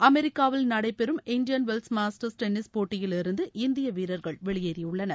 அமெரிக்காவில் நடைபெறும் Indian Wells Masters tennis போட்டியிலிருந்து இந்திய வீரர்கள் வெளியேறியுள்ளனர்